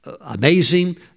amazing